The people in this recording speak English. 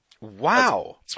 Wow